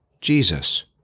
Jesus